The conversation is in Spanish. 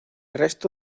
resto